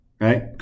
right